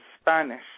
Spanish